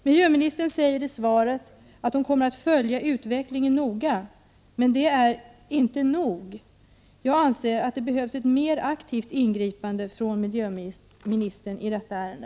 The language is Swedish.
Miljöministern säger i svaret att hon kommer att följa utvecklingen noga. Men det är inte tillräckligt. Jag anser att det behövs ett mer aktivt ingripande från miljöministern i detta ärende.